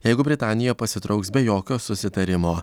jeigu britanija pasitrauks be jokio susitarimo